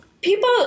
People